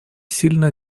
сильно